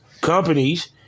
companies